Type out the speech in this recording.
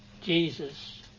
Jesus